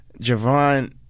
Javon